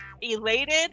elated